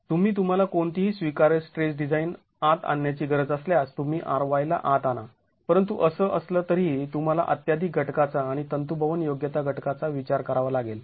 तुम्ही तुम्हाला कोणतीही स्वीकार्य स्ट्रेस डिझाईन आत आणण्याची गरज असल्यास तुम्ही Ry ला आत आणा परंतु असं असलं तरीही तुम्हाला अत्त्याधिक घटकाचा आणि तंतूभवन योग्यता घटकाचा विचार करावा लागेल